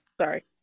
Sorry